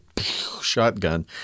shotgun